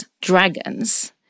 dragons